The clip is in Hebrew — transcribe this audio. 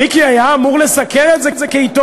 מיקי היה אמור לסקר את זה כעיתונאי,